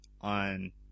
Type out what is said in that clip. on